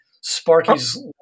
Sparky's